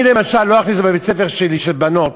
אני למשל לא אכניס לבית-הספר שלי, לבנות,